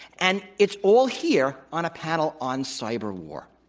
and it's all here on a panel on cyber war.